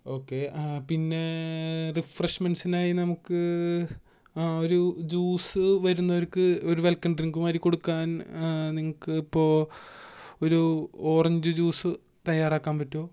okay പിന്നെ റിഫ്രഷ്മെന്റ്സിനായി നമുക്ക് ഒരു ജ്യൂസ് വരുന്നവർക്ക് ഒരു വെൽക്കം ഡ്രിങ്ക് മാതിരി കൊടുക്കാൻ നിങ്ങൾക്ക് ഇപ്പോൾ ഒരു ഓറഞ്ച് ജ്യൂസ് തയ്യാറാക്കാൻ പറ്റുവോ